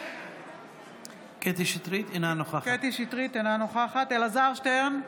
אינה נוכחת אלעזר שטרן,